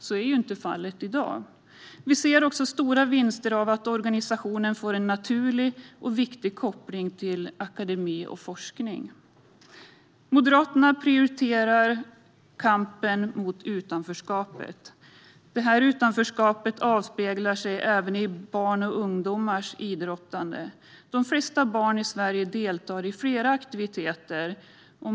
Så är inte fallet i dag. Vi ser också stora vinster med att organisationen får en naturlig och viktig koppling till akademi och forskning. Moderaterna prioriterar kampen mot utanförskapet. Detta utanförskap avspeglar sig även i barns och ungdomars idrottande. De flesta barn i Sverige deltar i flera aktiviteter.